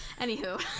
Anywho